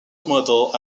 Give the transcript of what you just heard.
models